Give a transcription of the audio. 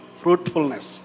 fruitfulness